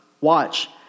Watch